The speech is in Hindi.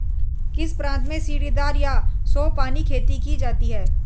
किस प्रांत में सीढ़ीदार या सोपानी खेती की जाती है?